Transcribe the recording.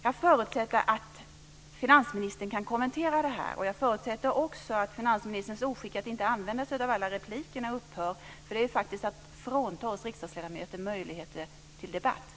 Jag förutsätter att finansministern kan kommentera det här. Jag förutsätter också att finansministerns oskick att inte använda sig av alla replikerna upphör, för det är faktiskt att frånta oss riksdagsledamöter möjligheter till debatt.